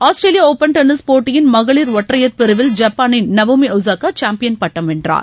ஆஸ்திரேலிய open tennis போட்டியின் மகளிர் ஒற்றயைர் பிரிவில் ஜப்பானின் நவோமி ஒசாகா சாம்பியன் பட்டம் வென்றார்